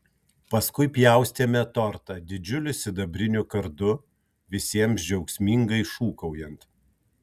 paskui pjaustėme tortą didžiuliu sidabriniu kardu visiems džiaugsmingai šūkaujant